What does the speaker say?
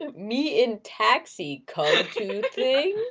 and me in taxi, come to thing.